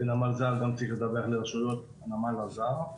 נמל זר גם צריך לדווח לרשויות הנמל הזר.